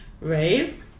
Right